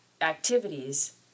activities